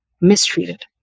mistreated